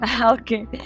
okay